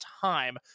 time